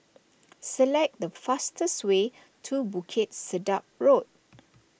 select the fastest way to Bukit Sedap Road